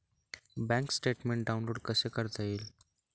Bank statement download कसे करता येईल?